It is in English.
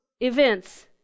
events